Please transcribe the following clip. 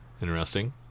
Interesting